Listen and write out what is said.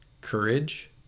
courage